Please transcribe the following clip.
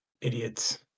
idiots